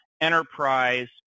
enterprise